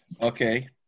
Okay